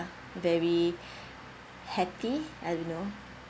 very happy I don't know